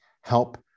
help